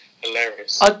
hilarious